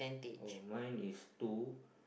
oh mine is two